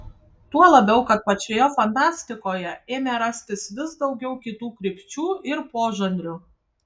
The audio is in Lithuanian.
tuo labiau kad pačioje fantastikoje ėmė rastis vis daugiau kitų krypčių ir požanrių